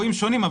מוציאה.